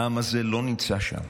העם הזה לא נמצא שם.